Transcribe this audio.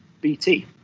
BT